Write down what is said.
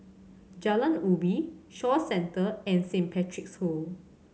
Jalan Ubi Shaw Center and Saint Patrick's School